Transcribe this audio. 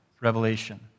revelation